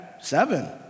seven